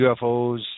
UFOs